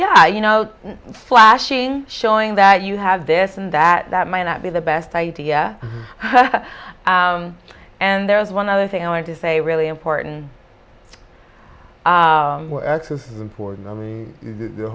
yeah you know flashing showing that you have this and that that might not be the best idea and there's one other thing i want to say really important for the